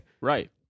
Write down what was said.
Right